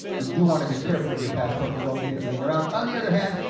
you do want to be careful of your passport, you don't leave it laying around. on the other hand,